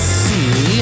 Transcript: see